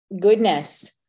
goodness